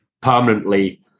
permanently